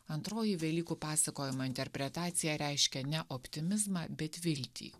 antroji velykų pasakojimo interpretacija reiškia ne optimizmą bet viltį